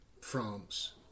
France